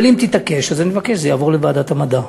אבל אם תתעקש, אני אבקש שזה יעבור לוועדת המדע.